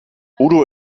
udo